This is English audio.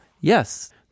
yes